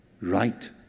Right